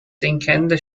sinkende